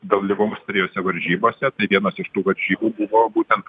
dalyvaus trijose varžybose tai vienos iš tų varžybų buvo būtent